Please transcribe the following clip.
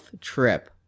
trip